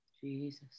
Jesus